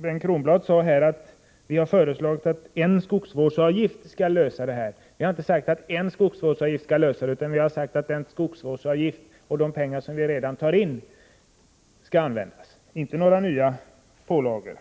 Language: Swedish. Bengt Kronblad påstod vidare att vi skulle ha sagt att en skogsvårdsavgift skall lösa problemet. Vi har inte sagt att en skogsvårdsavgift skall lösa frågan, utan vi har sagt att en skogsvårdsavgift och de pengar som redan nu tas in bör användas för detta ändamål, inte några nya pålagor.